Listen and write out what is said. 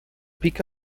pick